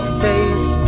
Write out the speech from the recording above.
face